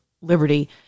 liberty